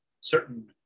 certain